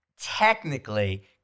technically